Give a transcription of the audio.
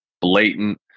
blatant